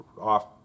off